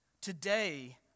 Today